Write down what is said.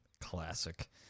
classic